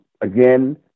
again